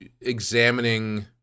examining